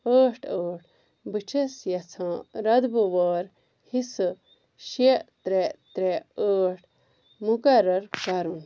ٲٹھ ٲٹھ بہٕ چھیٚس یژھان رتبہٕ وار حصہٕ شےٚ ترٛےٚ ترےٚ ٲٹھ مقرر کرن